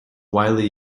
widely